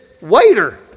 waiter